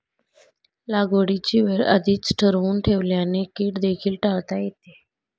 लागवडीची वेळ आधीच ठरवून ठेवल्याने कीड देखील टाळता येते